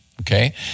Okay